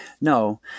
No